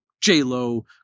J-Lo